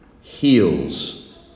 heals